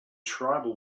tribal